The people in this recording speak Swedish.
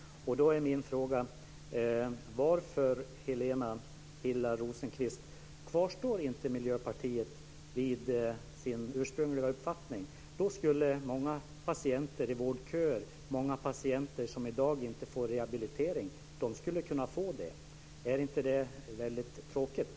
Då är min fråga: Varför, Helena Hillar Rosenqvist, kvarstår inte Miljöpartiet vid sin ursprungliga uppfattning? Då skulle många patienter i vårdköer och många patienter som i dag inte får rehabilitering kunna få hjälp. Är inte det väldigt tråkigt?